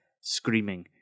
screaming